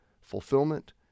fulfillment